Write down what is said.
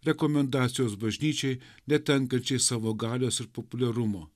rekomendacijos bažnyčiai netenkančiai savo galios ir populiarumo